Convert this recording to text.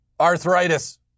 arthritis